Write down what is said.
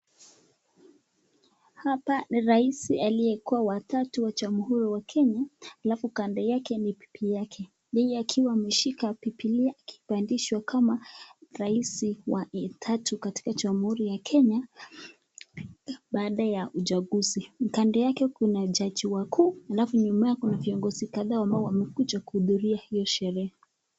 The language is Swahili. Hapa rais aliyekuwa wa tatu wa Jamhuri wa Kenya, la mkanda yake ni pipi yake. Yeye akiwa ameshika pipi yake, pandishwa kama rais wa tatu katika Jamhuri ya Kenya baada ya uchaguzi. Mkanda yake kuna jaji wakuu, alafu nyuma yake kuna viongozi kadhaa ambao wamekuja kuhudhuria hiyo sherehe.